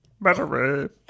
Battery